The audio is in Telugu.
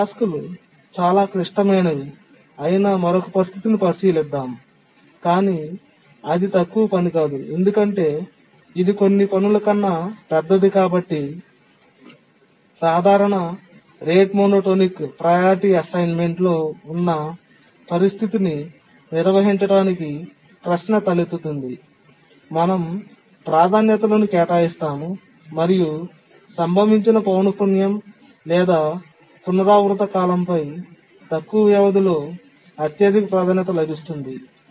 కొన్ని tasks లు చాలా క్లిష్టమైనవి అయిన మరొక పరిస్థితిని పరిశీలిద్దాం కాని అది తక్కువ పని కాదు ఎందుకంటే ఇది కొన్ని పనుల కన్నా పెద్దది కాబట్టి సాధారణ రేటు మోనోటోనిక్ ప్రియారిటీ అసైన్మెంట్లో ఉన్న పరిస్థితిని నిర్వహించడానికి ప్రశ్న తలెత్తుతుంది మనం ప్రాధాన్యతలను కేటాయిస్తాము మరియు సంభవించిన పౌన పున్యం లేదా పునరావృత కాలంపై తక్కువ వ్యవధిలో అత్యధిక ప్రాధాన్యత లభిస్తుంది